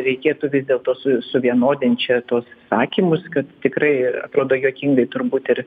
reikėtų vis dėlto su suvienodin čia tuos sakymus kad tikrai atrodo juokingai turbūt ir